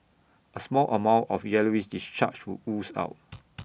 A small amount of yellowish discharge would ooze out